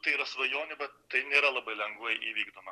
tai yra svajonė bet tai nėra labai lengvai įvykdoma